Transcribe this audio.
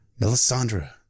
Melisandre